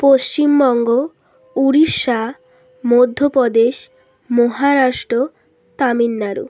Paschimbanga Orissa Madhya Pradesh Maharashtra Tamil Nadu